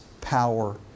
power